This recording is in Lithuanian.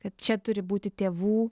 kad čia turi būti tėvų